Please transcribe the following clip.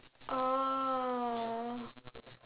oh